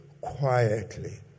quietly